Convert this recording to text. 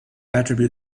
attribute